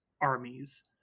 armies